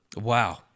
Wow